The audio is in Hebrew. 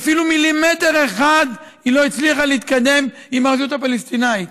ואפילו מילימטר אחד היא לא הצליחה להתקדם עם הרשות הפלסטינית.